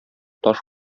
таш